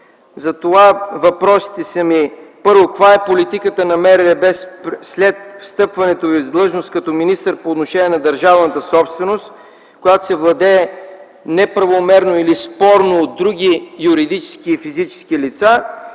Затова въпросите са ми: Първо, каква е политиката на МРРБ след встъпването Ви в длъжност като министър по отношение на държавната собственост, която се владее неправомерно или спорно от други юридически и физически лица?